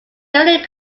generally